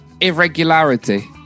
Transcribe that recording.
irregularity